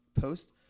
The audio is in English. post